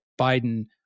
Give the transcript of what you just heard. Biden